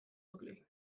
ugly